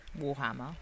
Warhammer